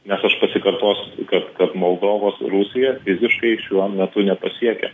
nes aš pasikartosiu kad kad moldovos rusija fiziškai šiuo metu nepasiekia